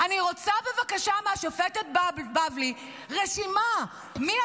אני רוצה בבקשה מהשופטת בבלי רשימה מי